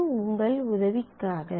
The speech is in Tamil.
இது உங்கள் உதவிக்காக